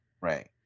Right